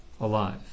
alive